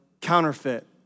counterfeit